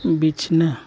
ᱵᱤᱪᱷᱱᱟᱹ